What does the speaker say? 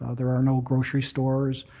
ah there are no grocery stores